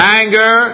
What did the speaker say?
anger